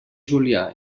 julià